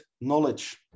knowledge